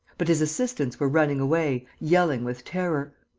but his assistants were running away, yelling with terror.